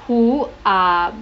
who are